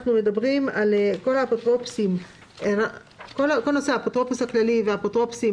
למעשה בכל נושא האפוטרופוס הכללי והאפוטרופוסים,